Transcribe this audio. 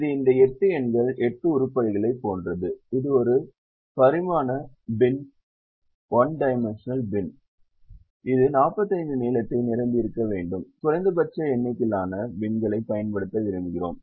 இது இந்த 8 எண்கள் 8 உருப்படிகளைப் போன்றது இது ஒரு பரிமாண பின் இது 45 நீளத்தில் நிரம்பியிருக்க வேண்டும் குறைந்தபட்ச எண்ணிக்கையிலான பின்களைப் பயன்படுத்த விரும்புகிறோம்